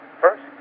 first